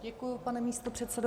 Děkuji, pane místopředsedo.